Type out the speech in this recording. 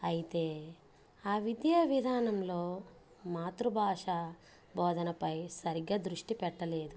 అయితే ఆ విద్యా విధానంలో మాతృ భాష బోధనపై సరిగ్గా దృష్టి పెట్టలేదు